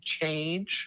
change